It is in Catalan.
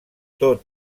tot